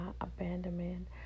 abandonment